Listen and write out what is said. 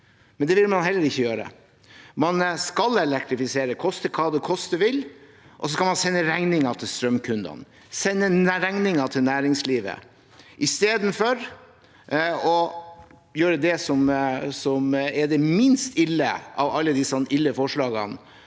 Det vil man heller ikke gjøre. Man skal elektrifisere, koste hva det koste vil, og så skal man sende regningen til strømkundene og sende regningen til næringslivet, istedenfor å gjøre det som er det minst ille av alle disse ille forslagene: